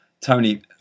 Tony